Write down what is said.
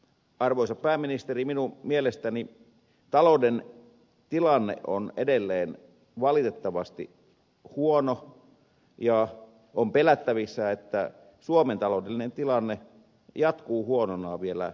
arvoisa pääministeri minun mielestäni talouden tilanne on edelleen valitettavasti huono ja on pelättävissä että suomen taloudellinen tilanne jatkuu huonona vielä pitkään